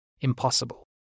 impossible